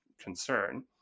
concern